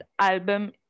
album